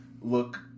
look